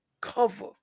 cover